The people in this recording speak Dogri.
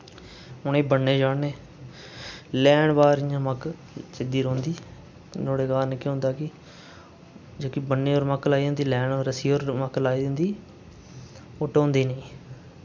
उ'नें ई बन्ने चाढ़ने लैन वार इ'यां मक्क सिद्धि रौंह्दी नुआढ़े कारण केह् होंदा कि जेह्की बन्ने पर मक्क लाई दी होंदी लैन पर रस्सी पर मक्क लाई दी होंदी ओ ढोंदी निं